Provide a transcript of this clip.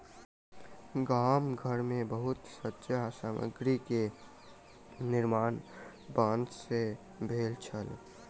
गाम घर मे बहुत सज्जा सामग्री के निर्माण बांस सॅ भेल छल